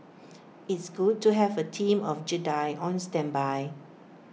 it's good to have A team of Jedi on standby